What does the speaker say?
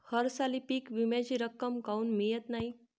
हरसाली पीक विम्याची रक्कम काऊन मियत नाई?